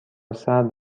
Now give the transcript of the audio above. سرد